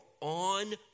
on